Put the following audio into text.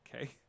Okay